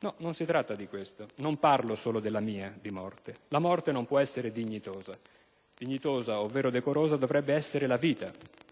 No, non si tratta di questo. E non parlo solo della mia, di morte. La morte non può essere "dignitosa"; dignitosa, ovvero decorosa, dovrebbe essere la vita,